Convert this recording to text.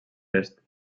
est